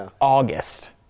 August